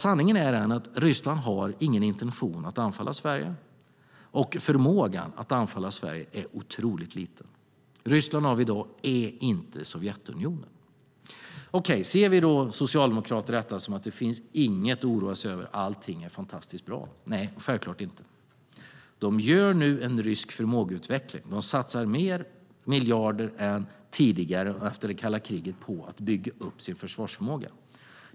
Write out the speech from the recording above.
Sanningen är den att Ryssland har ingen intention att anfalla Sverige, och förmågan att anfalla Sverige är otroligt liten. Ryssland av i dag är inte Sovjetunionen. Anser då vi socialdemokrater att det finns inget att oroa sig över och att allt är fantastiskt bra? Nej, självklart inte. Ryssland gör nu en förmågeutveckling. Ryssland satsar fler miljarder än tidigare efter kalla kriget på att bygga upp sin försvarsförmåga.